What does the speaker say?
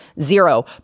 Zero